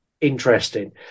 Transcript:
interesting